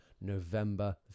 november